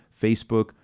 Facebook